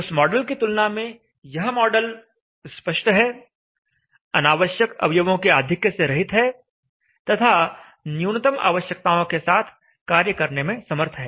उस मॉडल की तुलना में यह मॉडल स्पष्ट है अनावश्यक अवयवों के आधिक्य से रहित है तथा न्यूनतम आवश्यकताओं के साथ कार्य करने में समर्थ है